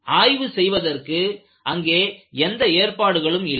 ஆய்வு செய்வதற்கு அங்கே எந்த ஏற்பாடுகளும் இல்லை